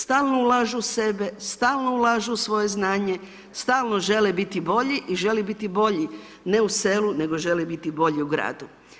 Stalno ulažu u sebe, stalno ulažu u svoje znanje, stalno žele biti bolji i žele biti bolji ne u selu, nego žele biti bolji u gradu.